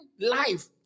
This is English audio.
life